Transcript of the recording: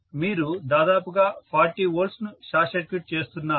మీరు దాదాపుగా 40V ను షార్ట్ సర్క్యూట్ చేస్తున్నారు